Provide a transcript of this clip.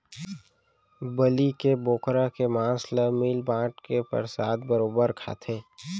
बलि के बोकरा के मांस ल मिल बांट के परसाद बरोबर खाथें